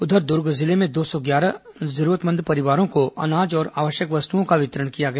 उधर दुर्ग जिले में दो सौ ग्यारह जरूरतमंद परिवारों को अनाज और आवश्यक वस्तुओं का वितरण किया गया